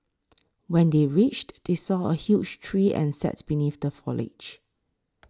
when they reached they saw a huge tree and sat beneath the foliage